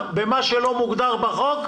זאת לא הכוונה.